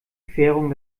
querung